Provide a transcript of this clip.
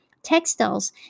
Textiles